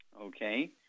okay